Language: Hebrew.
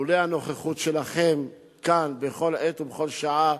לולא הנוכחות שלכם כאן בכל עת ובכל שעה,